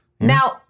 Now